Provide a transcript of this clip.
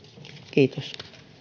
kiitos